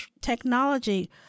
technology